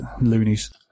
loonies